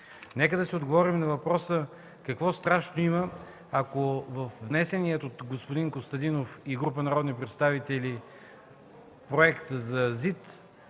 Нека да си отговорим на въпроса какво страшно има, ако във внесения от господин Костадинов и група народни представители проект за ЗИД